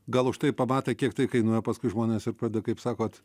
gal užtai pamato kiek tai kainuoja paskui žmonės ir pradeda kaip sakot